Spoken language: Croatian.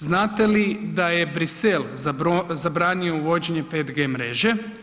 Znate li da je Brisel zabranio uvođenje 5G mreže?